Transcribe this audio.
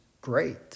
great